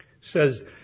says